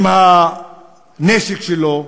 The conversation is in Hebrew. עם הנשק שלו,